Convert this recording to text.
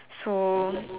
so